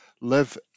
live